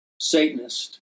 Satanist